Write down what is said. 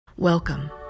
Welcome